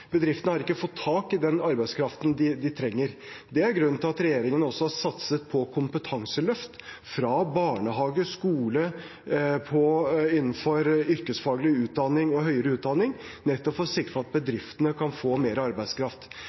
Bedriftene har ikke fått tak i den arbeidskraften de trenger. Det er grunnen til at regjeringen også satset på kompetanseløft, fra barnehage, skole, innenfor yrkesfaglig utdanning og høyere utdanning, nettopp for å sikre at bedriftene kan få mer arbeidskraft.